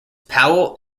powell